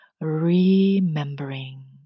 remembering